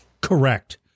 Correct